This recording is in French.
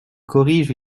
corrige